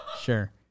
Sure